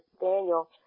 Daniel